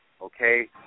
Okay